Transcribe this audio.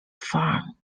farm